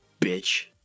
Bitch